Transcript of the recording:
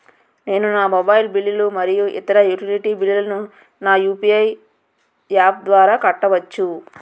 నేను నా మొబైల్ బిల్లులు మరియు ఇతర యుటిలిటీ బిల్లులను నా యు.పి.ఐ యాప్ ద్వారా కట్టవచ్చు